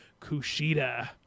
Kushida